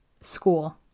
school